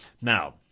Now